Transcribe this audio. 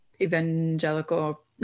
evangelical